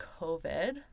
COVID